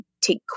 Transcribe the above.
take